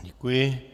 Děkuji.